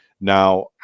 now